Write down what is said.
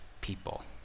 people